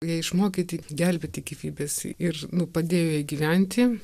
jie išmokyti gelbėti gyvybes ir nu padėjo jai gyventi